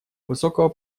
высокого